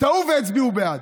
טעו והצביעו בעד.